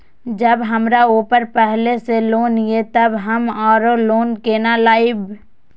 जब हमरा ऊपर पहले से लोन ये तब हम आरो लोन केना लैब?